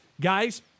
guys